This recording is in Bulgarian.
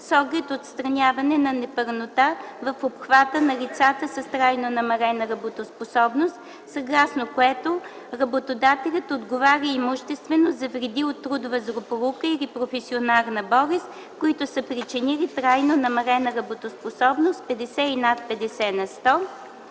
оглед отстраняване на непълнота в обхвата на лицата с трайно намалена трудоспособност, съгласно което работодателят отговаря имуществено за вреди от трудова злополука или професионална болест, които са причинили трайно намалена работоспособност 50% и над 50%.